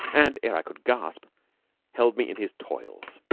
and ere i could gasp held me in his toils.